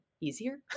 easier